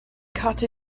cut